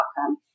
outcome